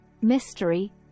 mystery